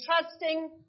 trusting